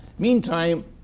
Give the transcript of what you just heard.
Meantime